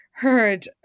heard